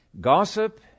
gossip